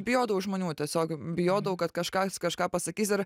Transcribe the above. bijodavau žmonių tiesiog bijodavau kad kažkas kažką pasakys ir